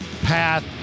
path